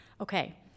Okay